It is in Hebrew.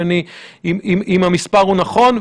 אם המספר הוא נכון.